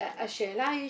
השאלה היא,